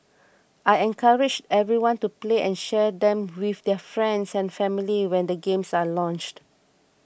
I encourage everyone to play and share them with their friends and family when the games are launched